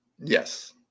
Yes